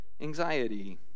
anxiety